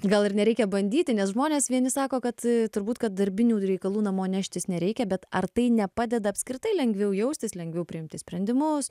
gal ir nereikia bandyti nes žmonės vieni sako kad i turbūt kad darbinių dreikalų namo neštis nereikia bet ar tai nepadeda apskritai lengviau jaustis lengviau priimti sprendimus